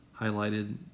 highlighted